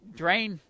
drain